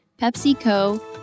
PepsiCo